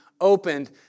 opened